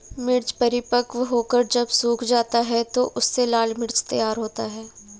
मिर्च परिपक्व होकर जब सूख जाता है तो उससे लाल मिर्च तैयार होता है